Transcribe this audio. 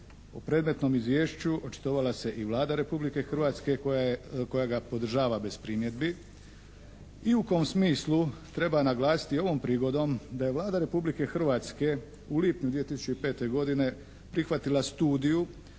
O predmetnom izvješću očitovala se i Vlada Republike Hrvatske koja je, koja ga podržava bez primjedbi i u kom smislu treba naglasiti ovom prigodom da je Vlada Republike Hrvatske u lipnju 2005. godine prihvatila studiju,